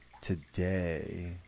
today